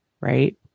Right